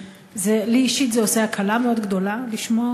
לי אישית זה עושה הקלה מאוד גדולה לשמוע